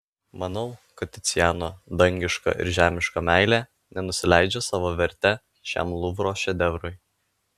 manau kad ticiano dangiška ir žemiška meilė nenusileidžia savo verte šiam luvro šedevrui